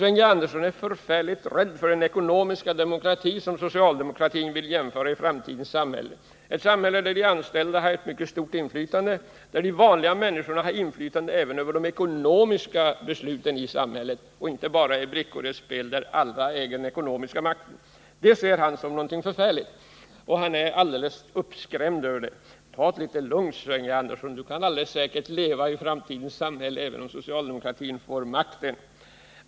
Sven G. Andersson är förfärligt rädd för den ekonomiska demokrati som socialdemokratin vill genomföra i framtidens samhälle, ett samhälle där de anställda har mycket stort inflytande och där de vanliga människorna har inflytande även över de ekonomiska besluten i samhället och inte bara är brickor i ett spel där andra äger den ekonomiska makten. Detta ser han som någonting förfärligt, och han är alldeles uppskrämd över det. Ta det litet lugnt! Sven G. Andersson kan alldeles säkert leva i framtidens samhälle även om socialdemokratin får makten.